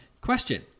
Question